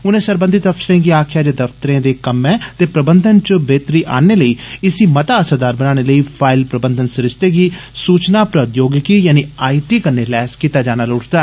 उने सरबंधित अफसरें गी आक्खेआ जे दफ्तरें दे कम्मैं ते प्रबंधन च बेहतरी आनने ते इसी मता असरदार बनाने लेई फाइल प्रबंधन सरिस्ते गी सूचना प्रोद्योगिकी यानी आई टी कन्नै लैस करने पर ज़ोर दिता